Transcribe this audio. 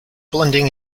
blending